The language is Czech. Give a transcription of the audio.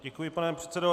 Děkuji, pane předsedo.